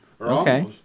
Okay